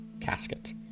casket